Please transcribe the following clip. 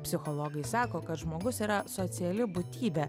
psichologai sako kad žmogus yra sociali būtybė